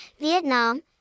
Vietnam